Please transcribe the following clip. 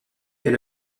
est